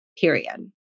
period